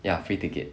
ya free ticket